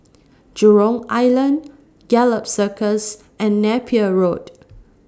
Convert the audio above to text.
Jurong Island Gallop Circus and Napier Road